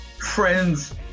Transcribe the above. friends